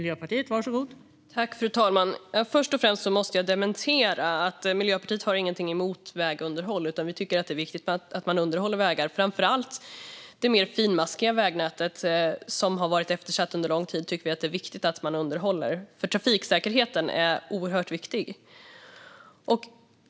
Fru talman! Först och främst måste jag dementera det som sas om vägunderhåll. Miljöpartiet har ingenting emot vägunderhåll, utan vi tycker att det är viktigt att man underhåller vägar. Det gäller framför allt det mer finmaskiga vägnätet, som har varit eftersatt under lång tid. Trafiksäkerheten är oerhört viktig.